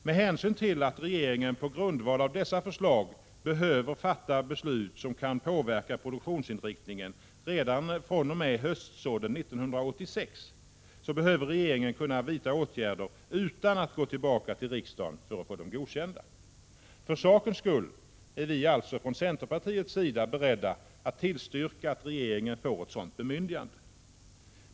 Med hänsyn till att regeringen på grundval av dessa förslag behöver fatta beslut som kan påverka produktionsinriktningen redan fr.o.m. höstsådden 1986 behöver regeringen vidta åtgärder utan att gå tillbaka till riksdagen för att få dem godkända. För sakens skull är vi alltså från centerpartiets sida beredda att tillstyrka att regeringen får ett sådant bemyndigande.